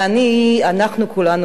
ואנחנו כולנו,